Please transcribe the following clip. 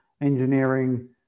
engineering